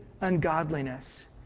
ungodliness